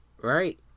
Right